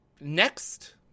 next